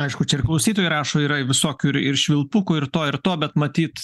aišku čia ir klausytojai rašo yra visokių ir ir švilpukų ir to ir to bet matyt